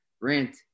rant